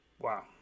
Wow